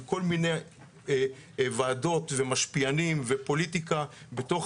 עם כל מיני ועדות ומשפיענים ופוליטיקה בתוך